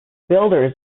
builders